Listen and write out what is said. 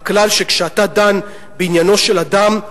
הכלל שכשאתה דן בעניינו של אדם,